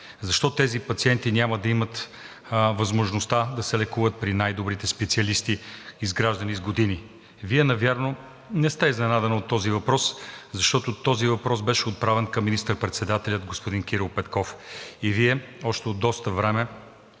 Защо тези пациенти няма да имат възможността да се лекуват при най-добрите специалисти, изграждани с години? Вие навярно не сте изненадана от този въпрос, защото този въпрос беше отправен към министър-председателя господин Кирил Петков, и Вие още от доста време